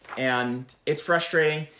and it's frustrating.